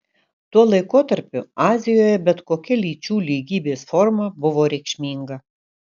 tuo laikotarpiu azijoje bet kokia lyčių lygybės forma buvo reikšminga